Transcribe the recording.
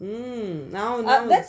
mm now now